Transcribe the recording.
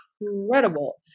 incredible